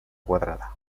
quadrada